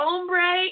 Ombre